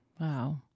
Wow